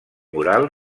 moral